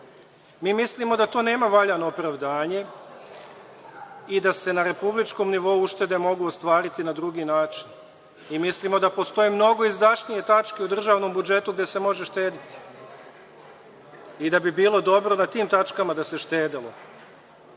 Mi mislimo da to nema valjano opravdanje i da se na republičkom nivou uštede mogu ostvariti na drugi način. Mislimo da postoje mnogo izdašnije tačke u državnom budžetu gde se može štedeti i da bi bilo dobro na tim tačkama da se štedelo.